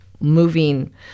moving